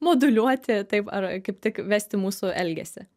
moduliuoti taip ar kaip tik vesti mūsų elgesį